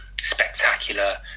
spectacular